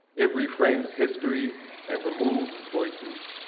it refrains history and removes voices.